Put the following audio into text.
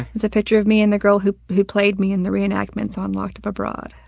it's a picture of me and the girl who who played me in the reenactments on locked up abroad.